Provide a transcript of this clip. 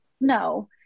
No